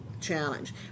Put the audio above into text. challenge